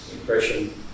impression